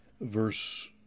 verse